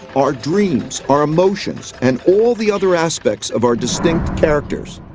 our dreams, our emotions, and all the other aspects of our distinct characters.